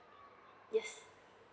yes